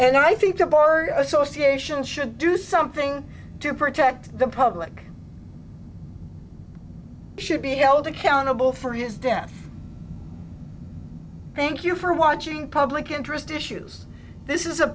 and i think the bar association should do something to protect the public should be held accountable for his death thank you for watching public interest issues this is a